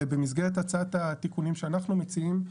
ובמסגרת הצעת התיקונים שאנחנו מציעים,